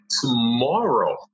tomorrow